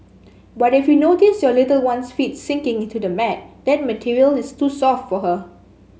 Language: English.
but if you notice your little one's feet sinking into the mat that material is too soft for her